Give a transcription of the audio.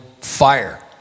fire